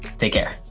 take care.